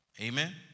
Amen